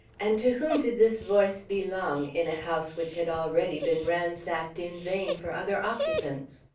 and to whom did this voice belong, in a house which had already been ransacked in vain for other occupants?